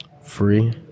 free